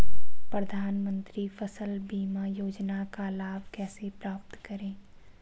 प्रधानमंत्री फसल बीमा योजना का लाभ कैसे प्राप्त करें?